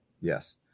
Yes